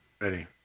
Ready